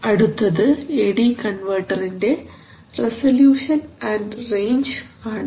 അടുത്തത് A D കൺവെർട്ടറിന്റെ resolution and range ആണ്